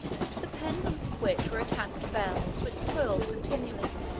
to the pendents of which were attached bells, which tolled continually,